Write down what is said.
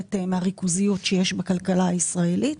במערכת מהריכוזיות שיש בכלכלה הישראלית,